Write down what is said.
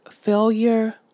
failure